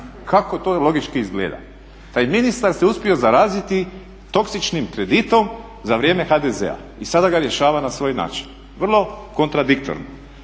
Kako to logički izgleda? Taj ministar se uspio zaraziti toksičnim kreditom za vrijeme HDZ-a i sada ga rješava na svoj način. Vrlo kontradiktorno.